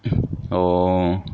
oh